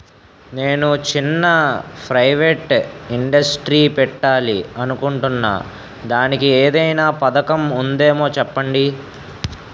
నేను చిన్న private industry పెట్టాలి అనుకుంటున్నా దానికి ఏదైనా పథకం ఉందేమో చెప్పండి?